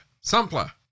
sampler